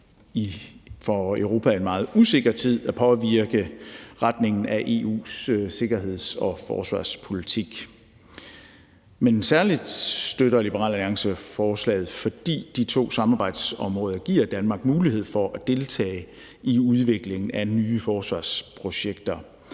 for i en meget usikker tid at påvirke retningen af EU's sikkerheds- og forsvarspolitik, men særlig støtter Liberal Alliance forslaget, fordi de to samarbejdsområder giver Danmark mulighed for at deltage i udviklingen af nye forskningsprojekter